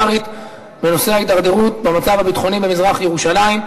פרלמנטרית בנושא ההידרדרות במצב הביטחוני במזרח-ירושלים,